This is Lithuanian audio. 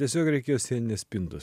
tiesiog reikėjo sieninės spintos